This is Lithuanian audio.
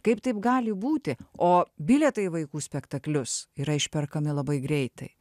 kaip taip gali būti o bilietai į vaikų spektaklius yra išperkami labai greitai